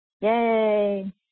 Yay